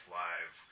live